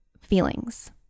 feelings